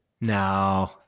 no